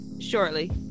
shortly